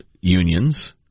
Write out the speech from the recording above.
unions